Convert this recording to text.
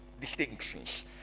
distinctions